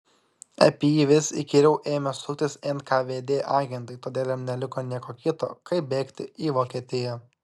apie jį vis įkyriau ėmė suktis nkvd agentai todėl jam neliko nieko kito kaip bėgti į vokietiją